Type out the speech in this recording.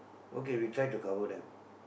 okay we try to cover them